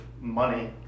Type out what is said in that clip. money